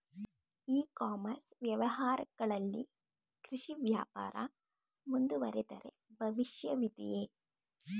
E commerce ವ್ಯವಹಾರಗಳಲ್ಲಿ ಕೃಷಿ ವ್ಯಾಪಾರ ಮುಂದುವರಿದರೆ ಭವಿಷ್ಯವಿದೆಯೇ?